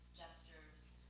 gestures,